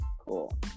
Cool